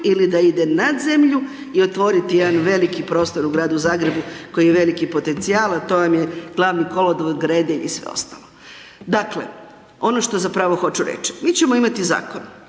ili da ide nad zemlju i otvoriti jedan veliki prostor u gradu Zagrebu koji je veliki potencijal a to vam je Glavni kolodvor, Gredelj i sve ostalo. Dakle, ono što zapravo hoću reći, mi ćemo imati zakon,